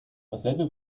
dasselbe